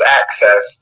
access